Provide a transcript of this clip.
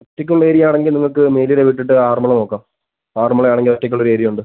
ഒറ്റക്ക് ഉള്ള ഏരിയ ആണെങ്കിൽ നിങ്ങൾക്ക് മേലുകര വിട്ടിട്ട് ആറന്മുള നോക്കാം ആറന്മുളയാണെങ്കിൽ ഒറ്റക്ക് ഉള്ള ഏരിയ ഉണ്ട്